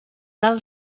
del